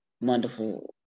wonderful